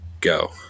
go